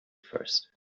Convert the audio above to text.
first